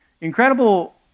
Incredible